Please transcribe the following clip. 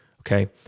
okay